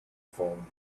phone